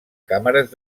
càmeres